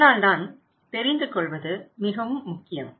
அதனால்தான் தெரிந்து கொள்வது மிகவும் முக்கியம்